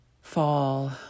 Fall